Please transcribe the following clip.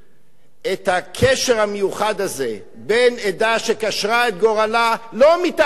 הקשר המיוחד הזה בין עדה שקשרה את גורלה לא מטעמי נוחות,